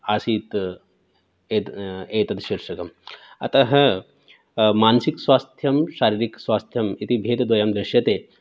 आसीत् एत् एतद् शैक्षिकम् अतः मानसिकस्वास्थ्यं शारीरिकस्वास्थ्यम् इति भेदद्वयं दृश्यते